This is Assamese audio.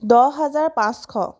দহ হাজাৰ পাঁচশ